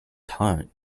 time